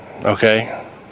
Okay